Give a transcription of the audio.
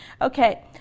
Okay